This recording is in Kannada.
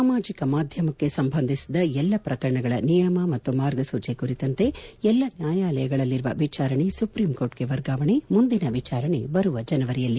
ಸಾಮಾಜಿಕ ಮಾಧ್ಯಮಕ್ಕೆ ಸಂಬಂಧಿಸಿದ ಎಲ್ಲಾ ಪ್ರಕರಣಗಳ ನಿಯಮ ಮತ್ತು ಮಾರ್ಗಸೂಜಿ ಎಲ್ಲಾ ನ್ಯಾಯಾಲಯಗಳಲ್ಲಿರುವ ವಿಚಾರಣೆ ಸುಪ್ರೀಂ ಕೋರ್ಟ್ಗೆ ವರ್ಗಾವಣೆ ಮುಂದಿನ ವಿಚಾರಣೆ ಬರುವ ಜನವರಿಯಲ್ಲಿ